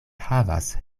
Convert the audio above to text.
havas